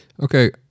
Okay